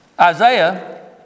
Isaiah